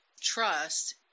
trust